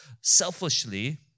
selfishly